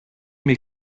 mes